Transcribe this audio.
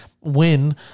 win